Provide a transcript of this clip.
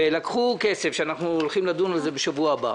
ולקחו כסף שאנחנו הולכים לדון על זה בשבוע הבא.